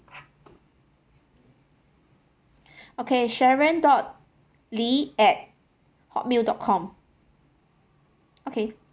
okay sharon dot lee at hotmail dot com okay